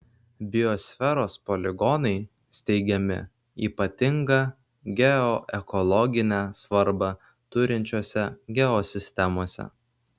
biosferos poligonai steigiami ypatingą geoekologinę svarbą turinčiose geosistemose